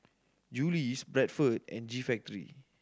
Julie's Bradford and G Factory